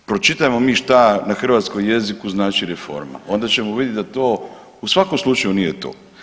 Pročitajmo mi šta na hrvatskom jeziku znači reforma, onda ćemo vidjet da to u svakom slučaju nije to.